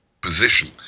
position